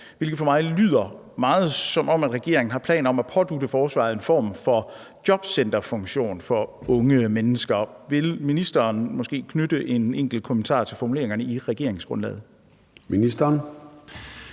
hvilket for mig lyder meget, som om regeringen har planer om at pådutte forsvaret en form for jobcenterfunktion for unge mennesker. Vil ministeren måske knytte en enkelt kommentar til formuleringerne i regeringsgrundlaget? Kl.